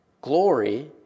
glory